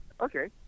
Okay